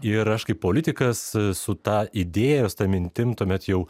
ir aš kaip politikas su ta idėja su ta mintim tuomet jau